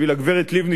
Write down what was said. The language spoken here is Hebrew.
בשביל הגברת לבני,